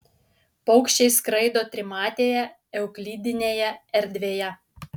paukščiai skraido trimatėje euklidinėje erdvėje